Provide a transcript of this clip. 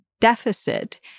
deficit